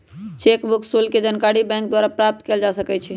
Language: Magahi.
चेक बुक शुल्क के जानकारी बैंक द्वारा प्राप्त कयल जा सकइ छइ